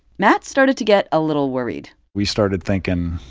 matt started to get a little worried we started thinking,